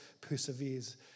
perseveres